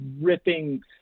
ripping